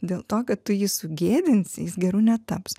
dėl to kad tu ji sugėdinsi jis geru netaps